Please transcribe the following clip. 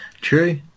True